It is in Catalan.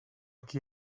qui